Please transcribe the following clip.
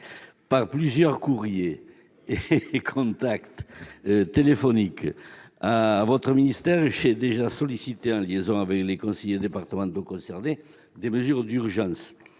Par plusieurs courriers et contacts téléphoniques à votre ministère, j'ai déjà sollicité, en liaison avec les conseillers départementaux concernés, des mesures d'urgence.